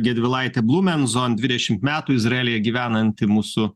gedvilaitė blumenzon dvidešimt metų izraelyje gyvenanti mūsų